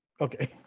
Okay